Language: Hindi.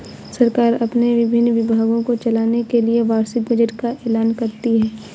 सरकार अपने विभिन्न विभागों को चलाने के लिए वार्षिक बजट का ऐलान करती है